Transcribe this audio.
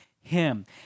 him